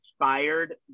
inspired